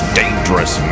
dangerous